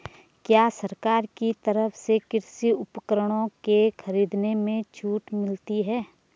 क्या सरकार की तरफ से कृषि उपकरणों के खरीदने में छूट मिलती है?